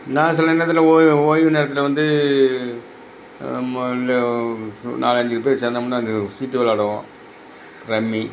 நான் சில நேரத்தில் ஓய்வு ஓய்வு நேரத்தில் வந்து மா இந்த சு நாலஞ்சி பேர் சேர்ந்தோம்னா இந்த சீட்டு விளாயாடுவோம் ரம்மி